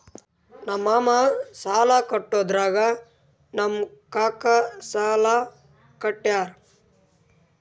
ನಮ್ ಮಾಮಾ ಸಾಲಾ ಕಟ್ಲಾರ್ದುಕ್ ನಮ್ ಕಾಕಾ ಸಾಲಾ ಕಟ್ಯಾರ್